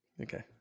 Okay